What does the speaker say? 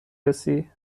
رسی